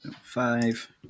Five